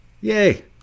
Yay